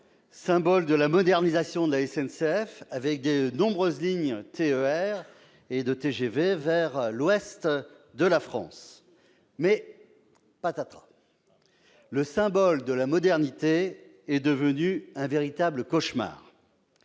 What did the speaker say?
symbole de la modernisation de la SNCF, proposant de nombreuses lignes de TER et de TGV vers l'ouest de la France. Mais, patatras, le symbole de la modernité est devenu un cauchemar